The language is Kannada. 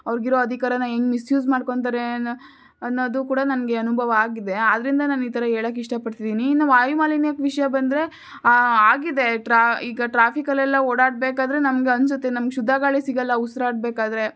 ಅವ್ರಿಗಿರೋ ಅಧಿಕಾರಾನ ಹೆಂಗ್ ಮಿಸ್ಯೂಸ್ ಮಾಡ್ಕೊಳ್ತಾರೆ ಅನ್ನೋದೂ ಕೂಡ ನನಗೆ ಅನುಭವ ಆಗಿದೆ ಆದ್ದರಿಂದ ನಾನು ಈ ಥರ ಹೇಳಕ್ ಇಷ್ಟಪಡ್ತಿದ್ದೀನಿ ಇನ್ನು ವಾಯುಮಾಲಿನ್ಯದ ವಿಷ್ಯಕ್ಕೆ ಬಂದರೆ ಆಗಿದೆ ಟ್ರಾ ಈಗ ಟ್ರಾಫಿಕಲ್ಲೆಲ್ಲ ಓಡಾಡಬೇಕಾದ್ರೆ ನಮ್ಗೆ ಅನ್ನಿಸುತ್ತೆ ನಮ್ಗೆ ಶುದ್ಧ ಗಾಳಿ ಸಿಗೋಲ್ಲ ಉಸಿರಾಡ್ಬೇಕಾದ್ರೆ